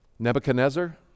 Nebuchadnezzar